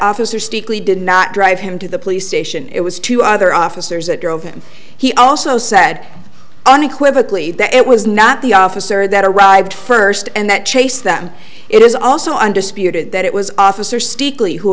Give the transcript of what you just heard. stickley did not drive him to the police station it was two other officers that drove him he also said unequivocally that it was not the officer that arrived first and that chase them it is also undisputed that it was officer stickley who